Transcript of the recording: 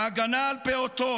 ההגנה על פעוטות,